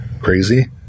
crazy